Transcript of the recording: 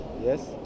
yes